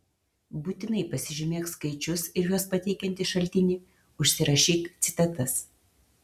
būtinai pasižymėk skaičius ir juos pateikiantį šaltinį užsirašyk citatas